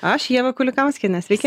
aš ieva kulikauskienė sveiki